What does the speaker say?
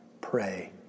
pray